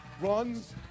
runs